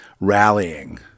rallying